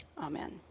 Amen